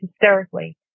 hysterically